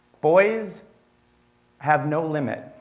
boys have no limit.